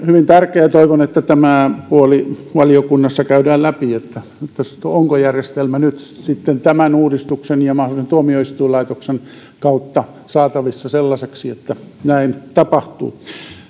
hyvin tärkeää ja toivon että tämä puoli valiokunnassa käydään läpi onko järjestelmä nyt sitten tämän uudistuksen ja mahdollisen tuomioistuinlaitoksen uudistuksen kautta saatavissa sellaiseksi että näin tapahtuu